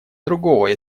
другого